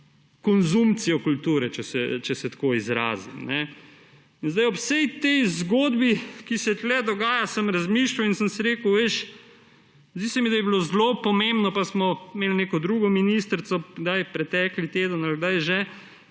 konzumpcijo kulture, če se tako izrazim. Ob vsej tej zgodbi, ki se tu dogaja, sem razmišljal in sem si rekel, veš, zdi se mi, da je bilo zelo pomembno – pa smo imel neko drugo ministrico pretekli teden ali kdaj že